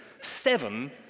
Seven